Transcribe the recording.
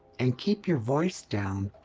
and keep your voice down!